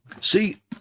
See